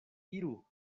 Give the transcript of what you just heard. iru